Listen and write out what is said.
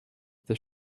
that